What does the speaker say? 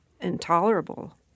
intolerable